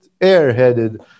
air-headed